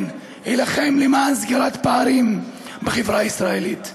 כן אילחם למען סגירת פערים בחברה הישראלית.